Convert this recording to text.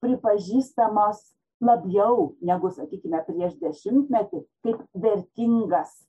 pripažįstamos labiau negu sakykime prieš dešimtmetį kaip vertingas